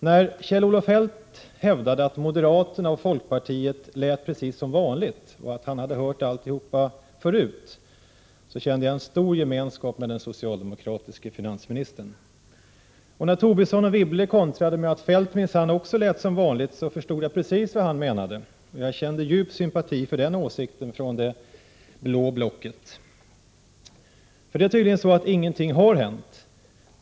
När Kjell-Olof Feldt hävdade att moderaterna och folkpartiet lät precis som vanligt och att han hade hört alltihop förut kände jag en stor gemenskap med den socialdemokratiske finansministern. Och när Tobisson och Wibble kontrade med att Feldt minsann också lät som vanligt förstod jag precis vad de menade och kände djup sympati för den åsikten från det blå blocket. Det är tydligen så att ingenting har hänt.